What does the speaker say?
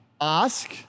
ask